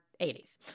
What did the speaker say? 80s